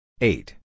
Eight